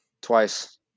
twice